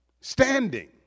Standing